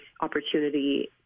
opportunity